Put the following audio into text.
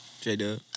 J-Dub